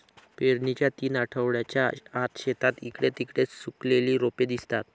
पेरणीच्या तीन आठवड्यांच्या आत, शेतात इकडे तिकडे सुकलेली रोपे दिसतात